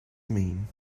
mean